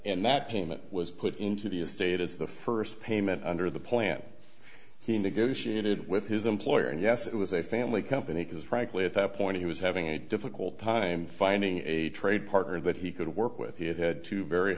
and that payment was put into the estate is the first payment under the plan he negotiated with his employer and yes it was a family company because frankly at that point he was having a difficult time finding a trade partner that he could work with he had had two very